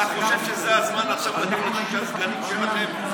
אתה חושב שזה הזמן עכשיו לדון על שישה סגנים שלכם,